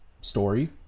story